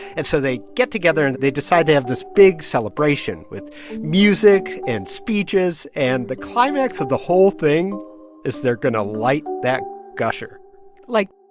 and so they get together, and they decide they have this big celebration with music and speeches. and the climax of the whole thing is they're going to light that gusher like,